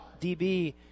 DB